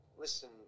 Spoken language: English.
Listen